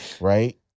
right